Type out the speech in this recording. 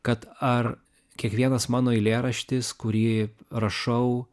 kad ar kiekvienas mano eilėraštis kurį rašau